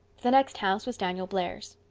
the next house was daniel blair's.